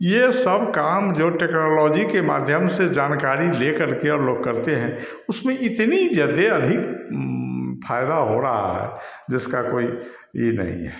यह सब काम जो टेक्नोलॉजी के माध्यम से जानकारी ले करके लोग करते हैं उसमें इतनी ज़्यादा अधिक फ़ायदा हो रहा है जिसका कोई यह नहीं है